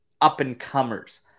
up-and-comers